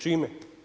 Čime?